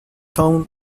tone